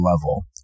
level